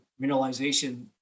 mineralization